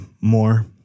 more